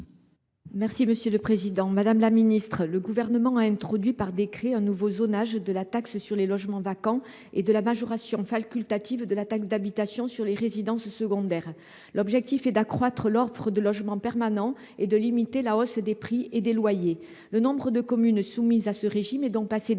territoires, chargé du logement. Le Gouvernement a introduit par décret un nouveau zonage de la taxe sur les logements vacants et de la majoration facultative de la taxe d’habitation sur les résidences secondaires. L’objectif est d’accroître l’offre de logements permanents et de limiter la hausse des prix et des loyers. Le nombre de communes soumises à ce régime est donc passé de